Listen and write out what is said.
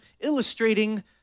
illustrating